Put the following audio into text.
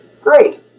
great